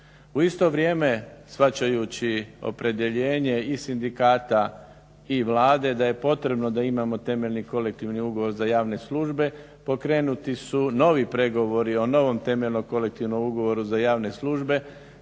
U isto vrijeme shvaćajući opredjeljenje i sindikata i Vlade da je potrebno da imamo temeljni kolektivni ugovor za javne službe pokrenuti su novi pregovori o novom temeljnom kolektivnom ugovoru za javne službe